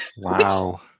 Wow